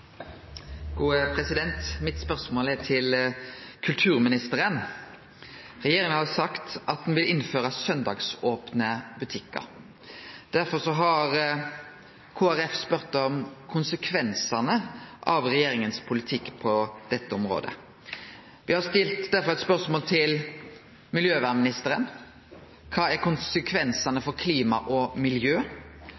til kulturministeren. Regjeringa har sagt at ho vil innføre søndagsopne butikkar. Derfor har Kristeleg Folkeparti spurt om konsekvensane av regjeringas politikk på dette området. Me har stilt eit spørsmål til miljøministeren om kva konsekvensane er